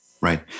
Right